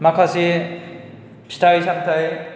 माखासे फिथाइ सामथाइ